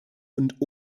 und